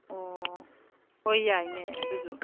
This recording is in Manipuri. ꯑꯣ ꯍꯣꯏ ꯌꯥꯏꯅꯦ ꯑꯗꯨꯁꯨ